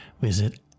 Visit